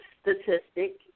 statistic